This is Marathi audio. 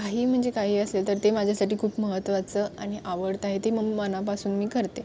काही म्हणजे काही असेल तर ते माझ्यासाठी खूप महत्त्वाचं आणि आवडतं आहे ते मग मनापासून मी करते